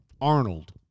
Arnold